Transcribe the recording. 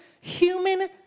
human